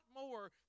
more